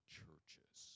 churches